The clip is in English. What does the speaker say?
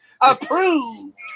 Approved